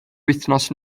wythnos